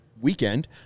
weekend